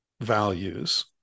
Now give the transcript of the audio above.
values